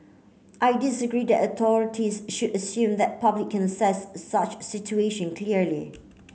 I disagree that the authorities should assume that the public can assess such a situation clearly